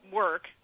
work